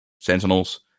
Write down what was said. Sentinels